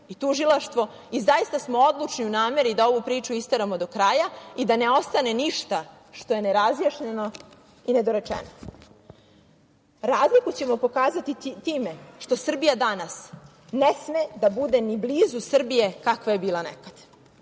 i tužilaštvo i zaista smo odlučni u nameri da ovu priču isteramo do kraja i da ne ostane ništa što je nerazjašnjeno i nedorečeno. Razliku ćemo pokazati time što Srbija danas ne sme da bude ni blizu Srbije kakva je bila nekada.